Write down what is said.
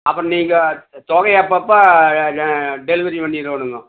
அப்புறோம் நீங்க தொகையை அப்பப்போ டெலிவரி பண்ணிடனுங்கோ